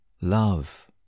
Love